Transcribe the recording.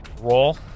Roll